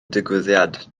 digwyddiad